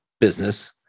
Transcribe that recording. business